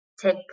take